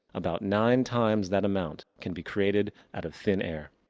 about nine times that amount can be created out of thin air.